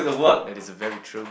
that is a very true